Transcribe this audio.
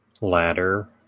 ladder